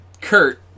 Kurt